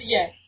Yes